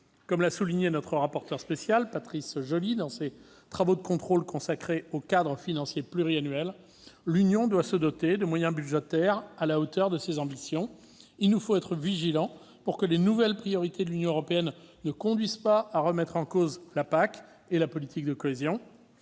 Comme l'a souligné notre rapporteur spécial Patrice Joly dans ses travaux de contrôle consacrés au cadre financier pluriannuel, l'Union doit se doter de moyens budgétaires à la hauteur de ses ambitions. Il nous faut être vigilants pour que les nouvelles priorités de l'Union européenne ne conduisent pas à remettre en cause la politique agricole